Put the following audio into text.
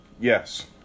Yes